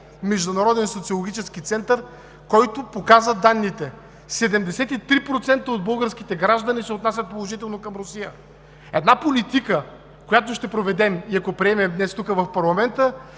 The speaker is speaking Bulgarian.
международен социологически център, който показа данните: 73% от българските граждани се отнасят положително към Русия. Една политика, която ще проведем и, ако приемем днес тук, в парламента,